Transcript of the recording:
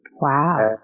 Wow